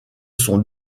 sont